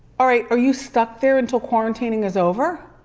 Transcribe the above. ah right, are you stuck there until quarantining is over?